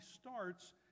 starts